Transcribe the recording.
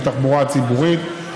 לתחבורה הציבורית.